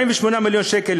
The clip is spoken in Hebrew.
48 מיליון שקלים,